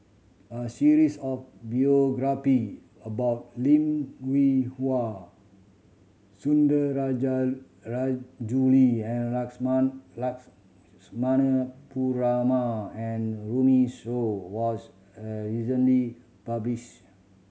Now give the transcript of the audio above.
a series of biography about Lim Hwee Hua Perumal and Runme Shaw was a recently published